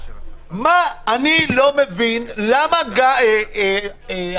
אני לא מבין למה הספארי,